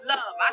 Love